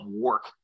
work